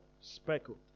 speckled